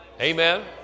Amen